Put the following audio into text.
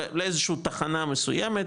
לאיזשהו תחנה מסוימת,